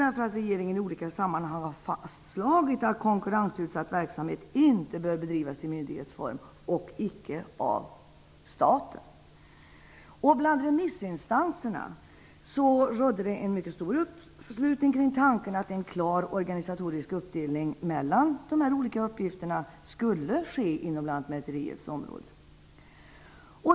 Regeringen har i olika sammahang fastslagit att konkurrensutsatt verksamhet inte bör bedrivas i myndighetsform och inte av staten. Bland remissinstanserna rådde en mycket stor uppslutning kring tanken att en klar organisatorisk uppdelning mellan dessa olika uppgifter skulle ske inom lantmäteriets område.